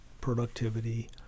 productivity